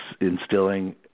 instilling